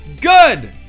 good